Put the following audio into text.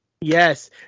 Yes